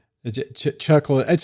Chuckle